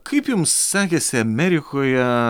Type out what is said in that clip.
kaip jums sekėsi amerikoje